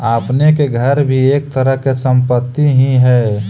आपने के घर भी एक तरह के संपत्ति ही हेअ